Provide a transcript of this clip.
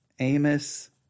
Amos